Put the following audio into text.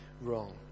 wrong